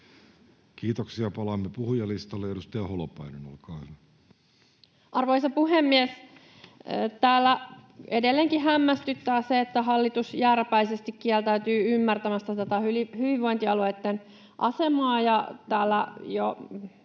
Kiitoksia. — Palaamme puhujalistalle. — Edustaja Holopainen, olkaa hyvä. Arvoisa puhemies! Täällä edelleenkin hämmästyttää se, että hallitus jääräpäisesti kieltäytyy ymmärtämästä tätä hyvinvointialueitten asemaa.